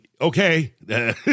okay